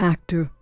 Actor